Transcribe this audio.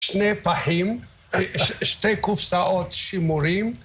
שני פחים, שתי קופסאות שימורים.